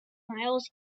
miles